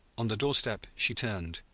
on the door-step she turned,